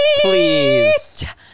Please